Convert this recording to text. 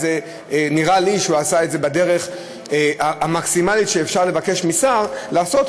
נראה לי שהוא עשה את זה בדרך המקסימלית שאפשר לבקש משר לעשות,